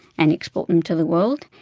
and export them to the world,